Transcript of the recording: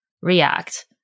React